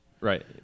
right